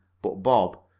but bob,